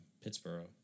Pittsburgh